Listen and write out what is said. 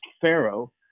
Pharaoh